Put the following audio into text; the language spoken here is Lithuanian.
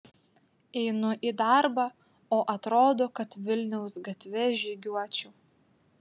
einu į darbą o atrodo kad vilniaus gatve žygiuočiau